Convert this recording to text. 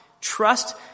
trust